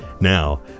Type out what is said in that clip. Now